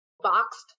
boxed